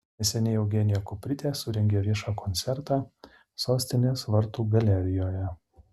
neseniai eugenija kuprytė surengė viešą koncertą sostinės vartų galerijoje